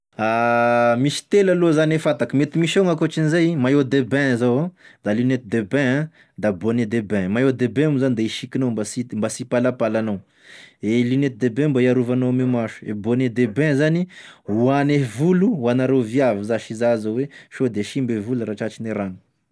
Misy telo aloha zany e fantako mety misy ao gn'ankoatran'izay, maillot de bain zao ah, da lunettes de bain ah, da bonnet de bain, maillot de bain moa zany de i sikinao mba sy hita- mba sy hipalapala anao, e lunettes de bain mba hiarovanao ame maso, e bonnet de bain zany hoane volo hoanareo viavy zase izà zao oe sao de simba i volo raha tratrine rano